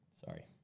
Sorry